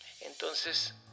entonces